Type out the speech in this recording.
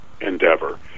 endeavor